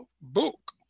book